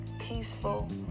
peaceful